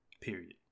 Period